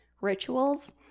rituals